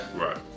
Right